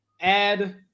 add